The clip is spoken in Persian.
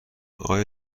آیا